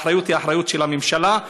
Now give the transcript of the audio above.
והאחריות היא אחריות של הממשלה,